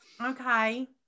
Okay